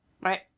Right